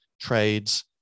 trades